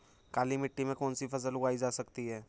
काली मिट्टी में कौनसी फसल उगाई जा सकती है?